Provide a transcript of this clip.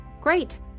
Great